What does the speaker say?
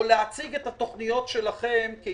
או על-מנת להציג את התכניות שלכם לאיך